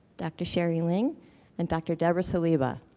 dr. shari ling and dr. debra saliba.